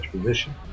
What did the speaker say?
position